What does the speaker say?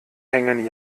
hängen